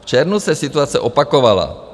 V červnu se situace opakovala.